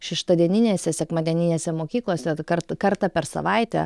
šeštadieninėse sekmadieninėse mokyklose kartą kartą per savaitę